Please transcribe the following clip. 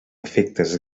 efectes